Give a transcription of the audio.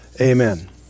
Amen